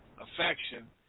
Affection